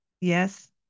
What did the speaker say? Yes